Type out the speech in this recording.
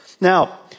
Now